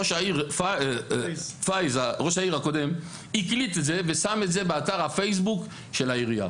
ראש העיר הקודם הקליט את זה ושם את זה באתר הפייסבוק של העירייה,